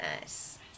nice